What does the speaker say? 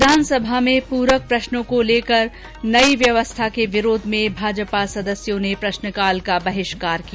विधानसभा में पूरक प्रश्नों को लेकर नई व्यवस्था के विरोध में भाजपा सदस्यों ने प्रश्नकाल का बहिष्कार किया